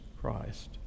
Christ